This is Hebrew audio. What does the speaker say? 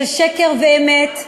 של שקר ואמת,